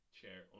chair